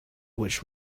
which